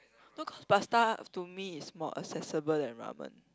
no cause pasta to me is more accessible than ramen